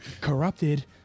Corrupted